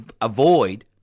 avoid